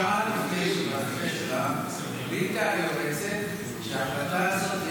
שעה לפני --- החליטה היועצת שההחלטה הזאת,